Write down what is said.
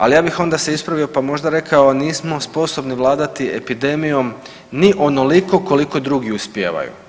Ali ja bih onda se ispravio pa možda rekao nismo sposobni vladati epidemijom ni onoliko koliko drugi uspijevaju.